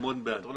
אנחנו מאוד בעד.